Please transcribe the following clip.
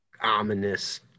ominous